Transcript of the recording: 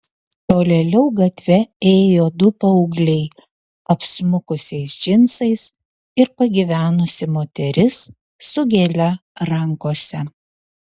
tolėliau gatve ėjo du paaugliai apsmukusiais džinsais ir pagyvenusi moteris su gėle rankose